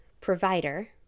provider